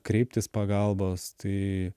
kreiptis pagalbos tai